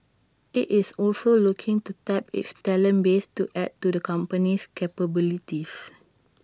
IT is also looking to tap its talent base to add to the company's capabilities